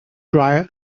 dryer